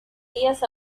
días